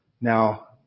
Now